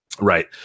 Right